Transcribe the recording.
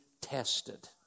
tested